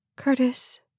Curtis